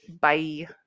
Bye